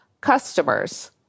customers